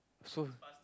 so